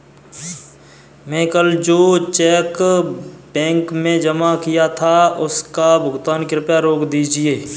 मैं कल जो चेक बैंक में जमा किया था उसका भुगतान कृपया रोक दीजिए